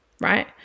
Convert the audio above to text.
Right